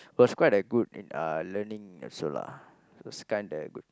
it was quite a good in uh learning also lah it's kind the good